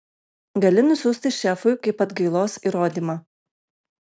gali nusiųsti šefui kaip atgailos įrodymą